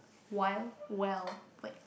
Wild-Wild-Wet